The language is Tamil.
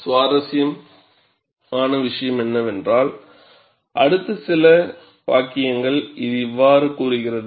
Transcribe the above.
சுவாரஸ்யமான விஷயம் என்னவென்றால் அடுத்த சில வாக்கியங்கள் இது இவ்வாறு கூறுகிறது